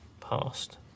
past